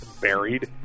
Buried